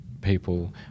people